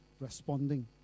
responding